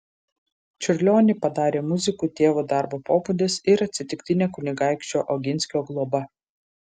čiurlionį padarė muziku tėvo darbo pobūdis ir atsitiktinė kunigaikščio oginskio globa